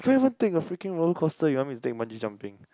private thing of freaking roller coaster you want me to take bungee jumping